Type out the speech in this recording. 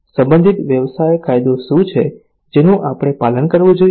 સંબંધિત વ્યવસાય કાયદો શું છે જેનું આપણે પાલન કરવું જોઈએ